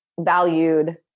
valued